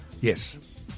Yes